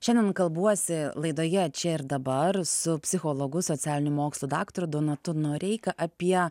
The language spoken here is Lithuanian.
šiandien kalbuosi laidoje čia ir dabar su psichologu socialinių mokslų daktaru donatu noreika apie